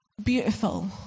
Beautiful